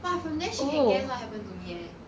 !wah! from there she can guess what happened to me eh